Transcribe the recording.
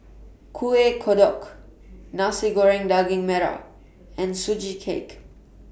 Kuih Kodok Nasi Goreng Daging Merah and Sugee Cake